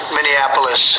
Minneapolis